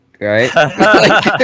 right